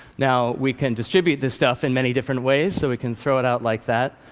now we can distribute this stuff in many different ways. so we can throw it out like that.